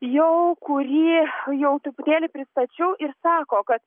jau kurį jau truputėlį pristačiau ir sako kad